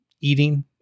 eating